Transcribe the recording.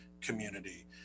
community